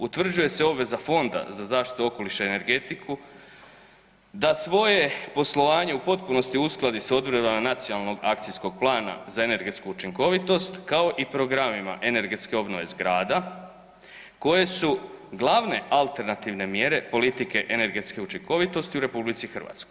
Utvrđuje se obveza Fonda za zaštitu okoliša i energetiku da svoje poslovanje u potpunosti uskladi s odredbama nacionalnog akcijskog plana za energetsku učinkovitost kao i programima energetske obnove zgrada koje su glavne alternativne mjere politike energetske učinkovitosti u RH.